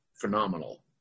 phenomenal